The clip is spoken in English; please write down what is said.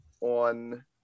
on